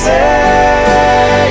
Say